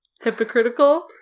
Hypocritical